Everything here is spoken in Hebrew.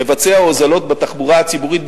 לבצע הוזלות בתחבורה הציבורית,